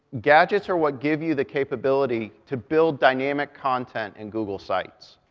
gadgets are what give you the capability to build dynamic content in google sites.